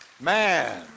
Man